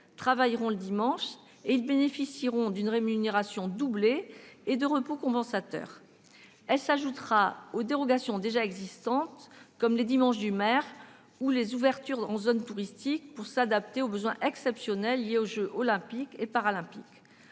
travailleront le dimanche ; ils bénéficieront d'une rémunération doublée et de repos compensateurs. Elle s'ajoutera aux dérogations déjà existantes, comme les dimanches du maire ou les ouvertures en zone touristique, afin de s'adapter aux besoins exceptionnels liés aux jeux Olympiques et Paralympiques.